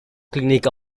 clinic